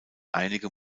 einige